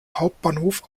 hauptbahnhof